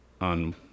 on